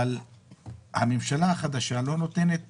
אבל הממשלה החדשה לא נותנת